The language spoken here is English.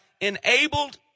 enabled